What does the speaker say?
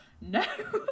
no